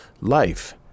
Life